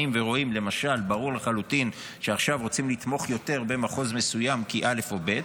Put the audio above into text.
ולמשל ברור לחלוטין שעכשיו רוצים לתמוך יותר במחוז מסוים מסיבה א' או ב'